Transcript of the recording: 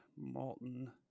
Malton